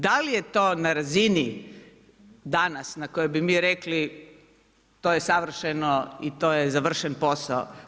Da li je to na razini danas na kojoj bi mi rekli, to je savršeno i to je završen posao?